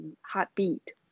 Heartbeat